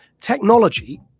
Technology